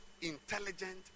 intelligent